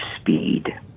speed